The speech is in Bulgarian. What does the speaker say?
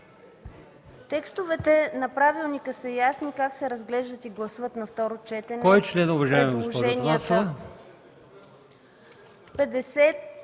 текстовете на правилника са ясни – как се разглеждат и се гласуват на второ четене предложенията...